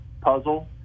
puzzle